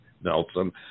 Nelson